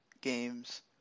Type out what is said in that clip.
games